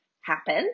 happen